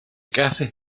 cases